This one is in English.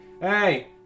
Hey